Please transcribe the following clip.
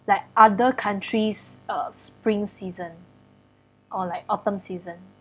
like other countries uh spring season or like autumn season